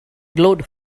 glowed